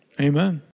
Amen